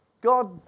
God